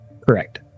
Correct